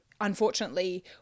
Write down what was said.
unfortunately